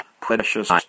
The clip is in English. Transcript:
precious